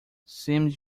seems